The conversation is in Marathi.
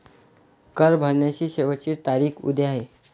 कर भरण्याची शेवटची तारीख उद्या आहे